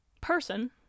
person